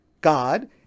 God